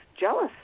jealous